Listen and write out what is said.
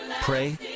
pray